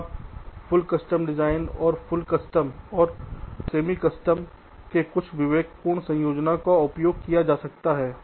जहाँ पूर्ण custom design और पूर्ण कस्टम और अर्ध कस्टम के कुछ विवेकपूर्ण संयोजन का उपयोग किया जा सकता है